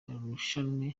irushanwa